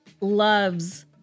loves